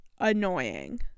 annoying